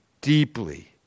deeply